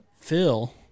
Phil